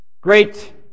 Great